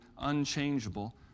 unchangeable